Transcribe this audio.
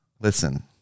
listen